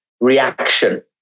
reaction